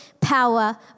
power